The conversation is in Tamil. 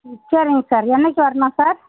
ம் சரிங்க சார் என்னைக்கு வரணும் சார்